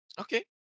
Okay